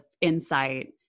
insight